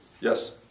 Yes